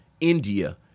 India